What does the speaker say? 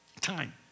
Time